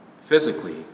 Physically